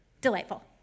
Delightful